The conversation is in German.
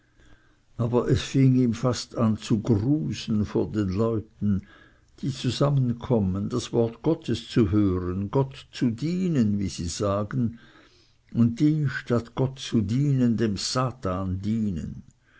aber es fing ihm fast an zu grusen vor den leuten die zusammenkommen das wort gottes zu hören gott zu dienen wie sie sagen und die statt gott zu dienen dem satan dienen